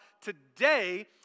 today